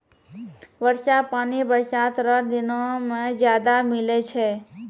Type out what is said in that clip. वर्षा पानी बरसात रो दिनो मे ज्यादा मिलै छै